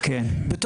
ב'